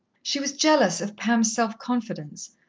she was jealous of pam's self-confidence,